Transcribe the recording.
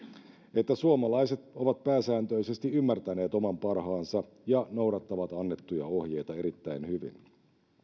että suomalaiset ovat pääsääntöisesti ymmärtäneet oman parhaansa ja noudattavat annettuja ohjeita erittäin hyvin